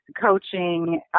Coaching